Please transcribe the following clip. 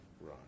Right